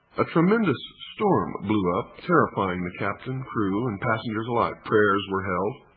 a tremendous storm blew up, terrifying the captain, crew and passengers alike. prayers were held,